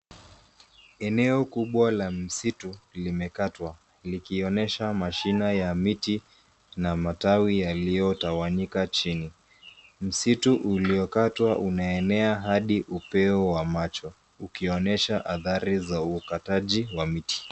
Eneo kubwa la msitu limekatwa, likionesha mashina ya miti na matawi yaliyotawanyika chini. Msitu uliokatwa unaenea hadi upeo wa macho, ukionesha athari za ukataji wa miti.